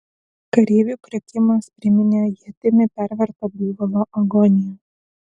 kareivių kriokimas priminė ietimi perverto buivolo agoniją